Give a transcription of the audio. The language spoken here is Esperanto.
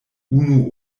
unu